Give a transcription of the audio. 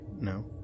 No